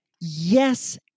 Yes